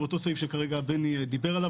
אותו סעיף שבני דיבר עליו,